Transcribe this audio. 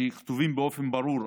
שכתובים באופן ברור,